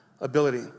ability